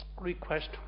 request